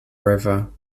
river